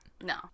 No